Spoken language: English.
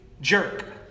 jerk